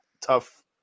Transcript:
tough